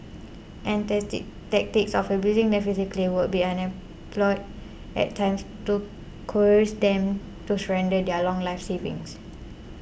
and tactics of abusing them physically would be unemployed at times to coerce them to surrender their lifelong savings